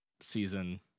season